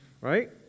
right